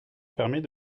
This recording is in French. permet